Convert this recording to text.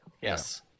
Yes